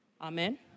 Amen